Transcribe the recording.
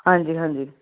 ਹਾਂਜੀ ਹਾਂਜੀ